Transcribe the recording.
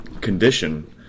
condition